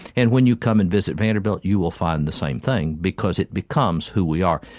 and when you come and visit vanderbilt you will find the same thing because it becomes who we are.